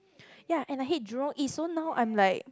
ya and I hate Jurong-East so I'm like